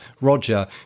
Roger